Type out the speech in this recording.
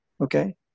okay